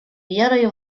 верой